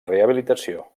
rehabilitació